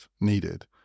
needed